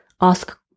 ask